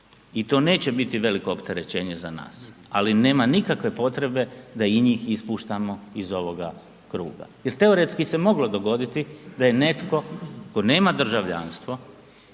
i to neće biti velio opterećenje za nas ali nema nikakve potrebe da i njih ispuštamo iz ovoga kruga jer teoretski se moglo dogoditi i da je netko tko nema državljanstvo,